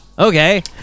okay